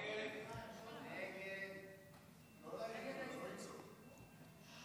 הסתייגות 12 לא נתקבלה.